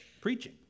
preaching